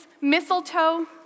mistletoe